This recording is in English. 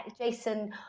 Jason